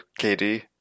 KD